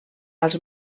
als